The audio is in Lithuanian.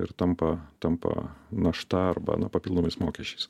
ir tampa tampa našta arba na papildomais mokesčiais